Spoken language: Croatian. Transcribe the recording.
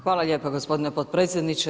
Hvala lijepo gospodine potpredsjedniče.